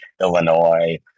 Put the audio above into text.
Illinois